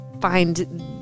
find